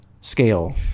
scale